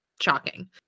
Shocking